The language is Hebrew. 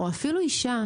או אפילו אישה,